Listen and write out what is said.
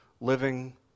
living